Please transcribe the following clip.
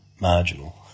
marginal